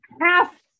half